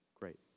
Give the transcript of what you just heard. great